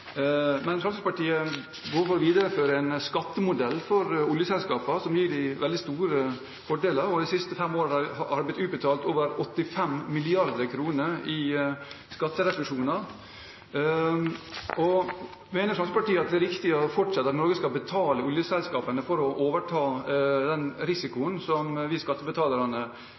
Fremskrittspartiet går for å videreføre en skattemodell for oljeselskapene som gir dem veldig store fordeler, og de siste fem årene er det blitt utbetalt over 85 mrd. kr i skatterefusjoner. Mener Fremskrittspartiet at det fortsatt er riktig at Norge skal betale oljeselskapene for å overta den risikoen som vi